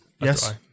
Yes